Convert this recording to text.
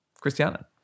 Christiana